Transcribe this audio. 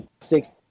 Six